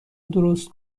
درست